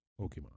Pokemon